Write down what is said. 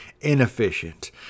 inefficient